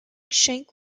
shank